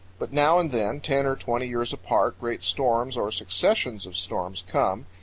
but now and then, ten or twenty years apart, great storms or successions of storms come,